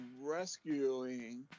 rescuing